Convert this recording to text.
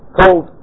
cold